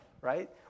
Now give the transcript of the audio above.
right